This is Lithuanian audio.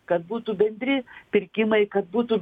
kad būtų bendri pirkimai kad būtų